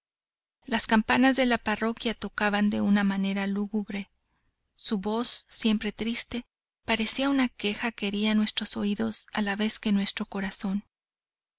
las campanas de la parroquia tocaban de una manera lúgubre su voz siempre triste parecía una queja que hería nuestros oídos a la vez que nuestro corazón